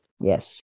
Yes